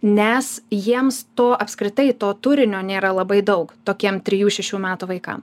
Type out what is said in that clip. nes jiems to apskritai to turinio nėra labai daug tokiem trijų šešių metų vaikam